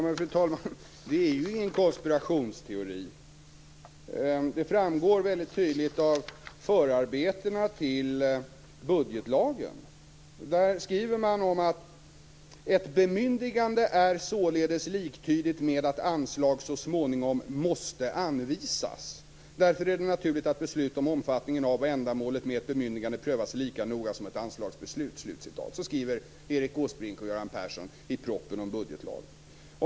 Fru talman! Men det är ju ingen konspirationsteori. Det framgår väldigt tydligt av förarbetena till budgetlagen. Där skriver man: Ett bemyndigande är således liktydigt med att anslag så småningom måste anvisas. Därför är det naturligt att beslut om omfattningen av och ändamålet med ett bemyndigande prövas lika noga som ett anslagsbeslut. Så skriver Erik Åsbrink och Göran Persson i propositionen om budgetlagen.